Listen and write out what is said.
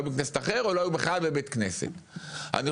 לא היו בבית כנסת אחר או לא היו בכלל בבית כנסת.